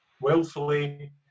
willfully